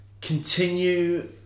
continue